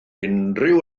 unrhyw